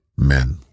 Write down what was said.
amen